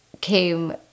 came